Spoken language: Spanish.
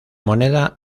moneda